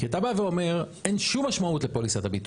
כי אתה בא ואומר אין שום משמעות לפוליסת הביטוח.